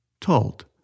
told